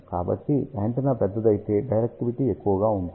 కాబట్టి యాంటెన్నా పెద్దదైతే డైరెక్టివిటీ ఎక్కువగా ఉంటుంది